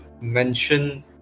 mention